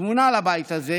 הטמונה לבית הזה